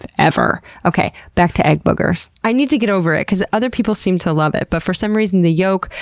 ever. okay back to egg boogers. i need to get over it because other people seem to love it. but for some reason the yolk,